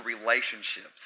relationships